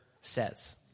says